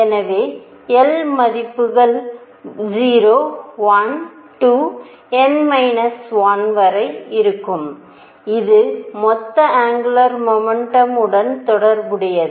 எனவே l மதிப்புகள் 0 1 2 n 1 வரை இருக்கும் இது மொத்த ஆங்குலர் முமெண்டம்உடன் தொடர்புடையது